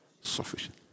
Sufficient